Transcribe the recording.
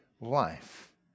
life